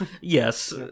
Yes